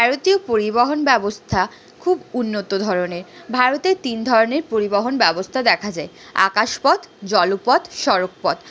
ভারতীয় পরিবহন ব্যবস্থা খুব উন্নত ধরনের ভারতে তিন ধরনের পরিবহন ব্যবস্থা দেখা যায় আকাশ পথ জলপথ সড়ক পথ